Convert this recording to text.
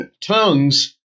tongues